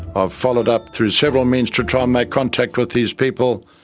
i've followed up through several means to try and make contact with these people,